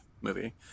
movie